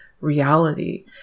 reality